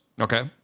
Okay